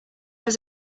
was